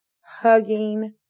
hugging